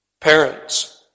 parents